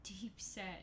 deep-set